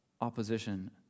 opposition